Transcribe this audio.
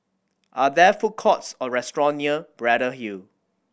are there food courts or restaurant near Braddell Hill